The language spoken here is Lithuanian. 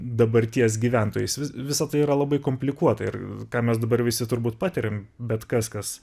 dabarties gyventojais vis visa tai yra labai komplikuota ir ką mes dabar visi turbūt patiriam bet kas kas